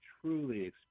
truly